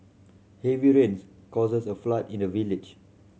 heavy rains caused a flood in a village